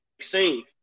scene